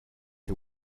you